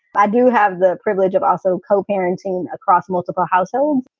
i do have the privilege of also co parenting across multiple households.